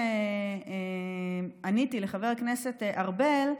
עניתי לחבר הכנסת ארבל,